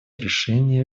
решения